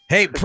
Hey